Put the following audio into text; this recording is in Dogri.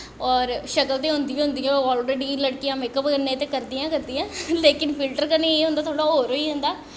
शक्ल ते होंदी गै होंदी ऐ लड़कियां आलरड़ी मेकअप कन्नै ते करदियां गै करदियां लेकिन फिल्टर कन्नै एह् होंदा होर होई जंदा